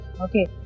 Okay